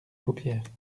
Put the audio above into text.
paupières